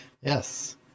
yes